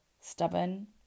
stubborn